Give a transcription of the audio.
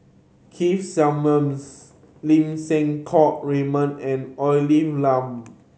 Keith Simmons Lim Siang Keat Raymond and Olivia Lum